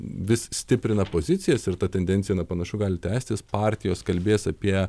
vis stiprina pozicijas ir ta tendencija na panašu gali tęstis partijos kalbės apie